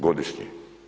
Godišnje.